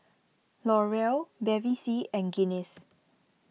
L'Oreal Bevy C and Guinness